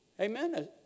Amen